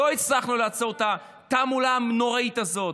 לא הצלחנו לעצור את התעמולה הנוראית הזאת,